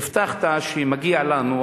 הבטחת שמגיע לנו,